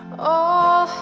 o